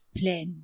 plan